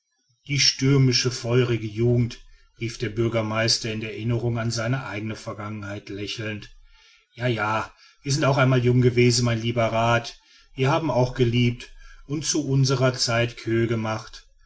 die stürmische feurige jugend rief der bürgermeister in der erinnerung an die eigene vergangenheit lächelnd ja ja wir sind auch einmal jung gewesen mein lieber rath wir haben auch geliebt und zu unserer zeit queue gemacht